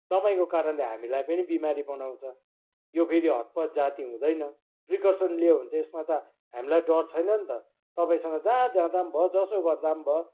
तपाईँको कारणले हामीलाई पनि बिमारी बनाउँछ यो फेरि हतपत जाती हुँदैन प्रिकर्सन लियो भने त यसमा त हामीलाई डर छैन नि त तपाईँसँग जहाँ जाँदा पनि भयो जसो गर्दा पनि भयो